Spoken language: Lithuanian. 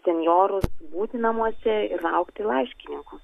senjorus būti namuose ir laukti laiškininkų